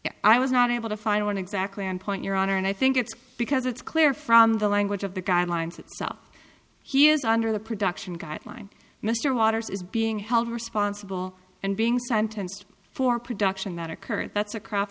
no i was not able to find one exactly on point your honor and i think it's because it's clear from the language of the guidelines itself he is under the production guideline mr waters is being held responsible and being sentenced for production that occurred that's a cr